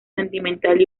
sentimental